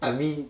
I mean